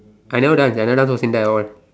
I never dance I never dance for SINDA at all